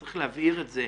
צריך להבהיר את זה.